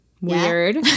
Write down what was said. Weird